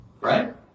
Right